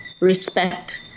respect